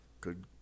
good